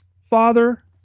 father